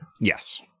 yes